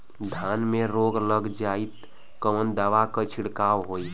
धान में रोग लग जाईत कवन दवा क छिड़काव होई?